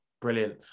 brilliant